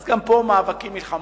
אז גם פה יש מאבקים ומלחמות.